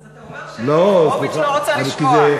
ואתה אומר: שלי יחימוביץ לא רוצה לשמוע?